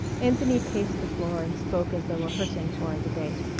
anthony paced the floor and spoke as though rehearsing for a debate.